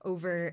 Over